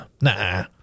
Nah